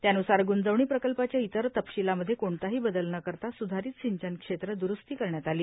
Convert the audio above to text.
त्यान्सार ग्जवणी प्रकल्पाच्या इतर तपशिलामध्ये कोणताही बदल न करता सुधारित सिंचन क्षेत्र दुरुस्ती करण्यात आली